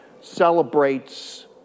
celebrates